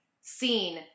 seen